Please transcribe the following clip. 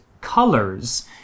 colors